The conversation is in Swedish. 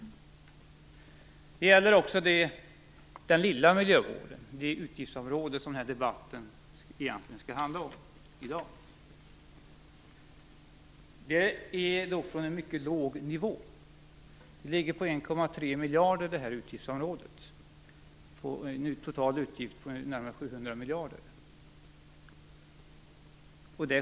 Detta gäller också den lilla miljövården, det utgiftsområde som debatten i dag egentligen skall handla om. Det är från en mycket låg nivå som man skär. Det här utgiftsområdet ligger på 1,3 miljarder, på en total utgift på närmare 700 miljarder.